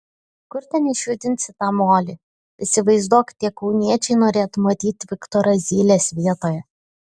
kur ten išjudinsi tą molį įsivaizduok tie kauniečiai norėtų matyti viktorą zylės vietoje